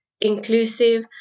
inclusive